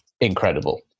incredible